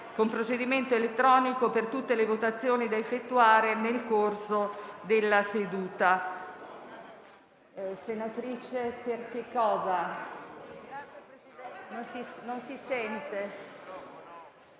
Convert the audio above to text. con procedimento elettronico per tutte le votazioni da effettuare nel corso della seduta.